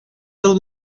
del